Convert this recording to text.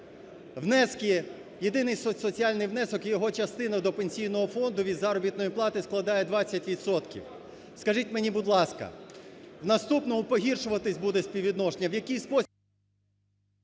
єдиний соціальний внесок, його частину до Пенсійного фонду від заробітної плати складає 20 відсотків. Скажіть мені, будь ласка, в наступному погіршуватися буде співвідношення,